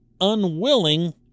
unwilling